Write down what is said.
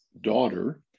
daughter